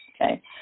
okay